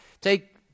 Take